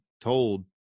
told